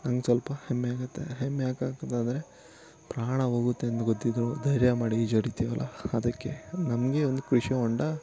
ನಂಗೆ ಸ್ವಲ್ಪ ಹೆಮ್ಮೆ ಆಗುತ್ತೆ ಹೆಮ್ಮೆ ಏಕೆ ಆಗ್ತದಂದರೆ ಪ್ರಾಣ ಹೋಗುತ್ತೆ ಅಂತ ಗೊತ್ತಿದ್ದರೂ ಧೈರ್ಯ ಮಾಡಿ ಈಜು ಹೊಡಿತೀವಲ್ಲ ಅದಕ್ಕೆ ನಮಗೆ ಒಂದು ಕೃಷಿ ಹೊಂಡ